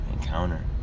encounter